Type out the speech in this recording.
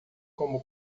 como